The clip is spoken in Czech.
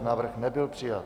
Návrh nebyl přijat.